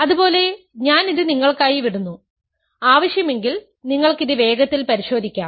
അതുപോലെ ഞാൻ ഇത് നിങ്ങൾക്കായി വിടുന്നു ആവശ്യമെങ്കിൽ നിങ്ങൾക്ക് ഇത് വേഗത്തിൽ പരിശോധിക്കാം